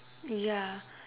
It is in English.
yeah